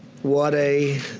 what a